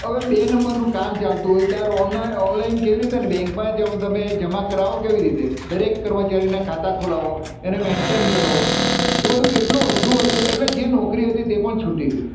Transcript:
હવે બે નંબરનું કામ ચાલતું હોય ત્યારે ઓનના ઓનલાઈન કેવી રીતે અને બેન્કમાંય જમા તમે જમા કરાવો કેવી રીતે દરેક કર્મચારીઓના ખાતા ખોલાવો એને મેન્ટેન કરો એ બધું કેટલું અઘરું હતું એટલે જે નોકરી હતી તે પણ છૂટી ગઈ